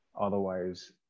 otherwise